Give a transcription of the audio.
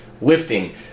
lifting